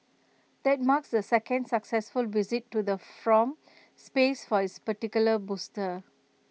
that marks the second successful visit to the from space for this particular booster